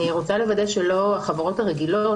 אני רוצה לוודא שלא החברות הרגילות,